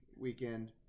weekend